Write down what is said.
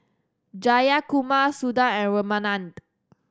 Jayakumar Suda and Ramanand